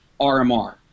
RMR